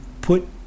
put